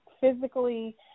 physically